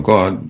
God